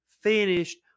finished